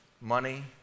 money